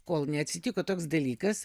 kol neatsitiko toks dalykas